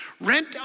rent